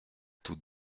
tout